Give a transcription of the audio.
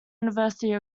university